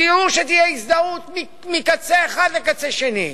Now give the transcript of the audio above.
תראו שתהיה הזדהות מהקצה האחד לקצה השני.